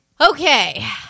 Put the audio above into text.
Okay